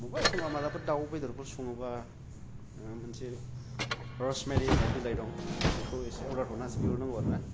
मबबा एखनबा मालाबाफोर दाव बेदरफोर संओबा माबा मोनसे रसमेरि होननाय बिलाइ दं बेखौ एसे अर्दार हरनानैसो बिहरनांगौ आरोना